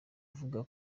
kuvuga